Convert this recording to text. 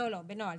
לא, בנוהל.